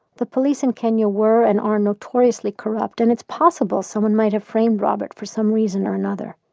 the police in kenya were, and are, notoriously corrupt and it's possible someone might have framed robert for some reason or another.